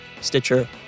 Stitcher